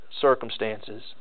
circumstances